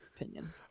opinion